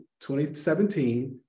2017